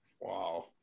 Wow